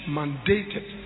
mandated